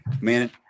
man